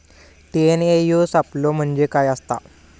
TNAU सापलो म्हणजे काय असतां?